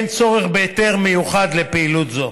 אין צורך בהיתר מיוחד לפעילות זו.